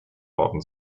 worden